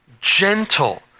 gentle